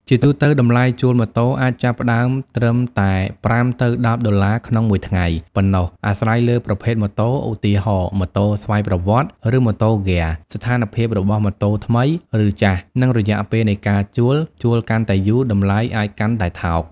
ជាទូទៅ តម្លៃជួលម៉ូតូ អាចចាប់ផ្ដើមត្រឹមតែ ៥ ទៅ ១០ ដុល្លារក្នុងមួយថ្ងៃ ប៉ុណ្ណោះ អាស្រ័យលើប្រភេទម៉ូតូ ឧទាហរណ៍ ម៉ូតូស្វ័យប្រវត្តិ ឬម៉ូតូហ្គែរ ស្ថានភាពរបស់ម៉ូតូថ្មី ឬចាស់ និងរយៈពេលនៃការជួល ជួលកាន់តែយូរ តម្លៃអាចកាន់តែថោក។